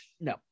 No